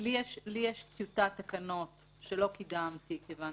יש לי טיוטת תקנות שלא קידמתי, כיוון